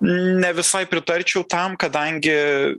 ne visai pritarčiau tam kadangi